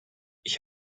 ich